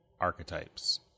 archetypes